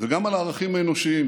וגם על הערכים האנושיים,